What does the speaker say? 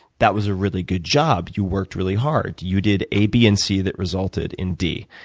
that was a really good job. you worked really hard. you did a, b and c that resulted in d.